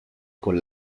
con